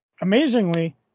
amazingly